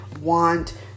want